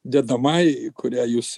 dedamajai į kurią jūs